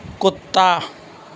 کتا